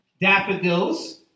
Daffodils